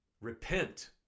repent